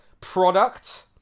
product